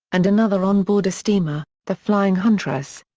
and another on board a steamer, the flying huntress.